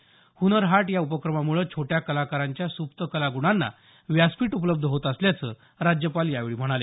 हुनर हाट या उपक्रमामुळे छोट्या कलाकारांच्या सुप्त कलाग्णांना व्यासपीठ उपलब्ध होत असल्याचं राज्यपाल यावेळी म्हणाले